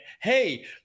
hey